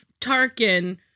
Tarkin